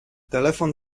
telefon